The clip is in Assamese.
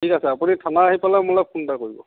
ঠিক আছে আপুনি থানা আহি পালে মোলৈ ফোন এটা কৰিব